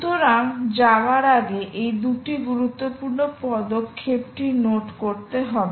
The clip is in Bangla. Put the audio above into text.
সুতরাং যাওয়ার আগে এই 2 টি গুরুত্বপূর্ণ পদক্ষেপটি নোট করতে হবে